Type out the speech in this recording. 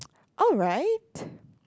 alright